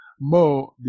Mo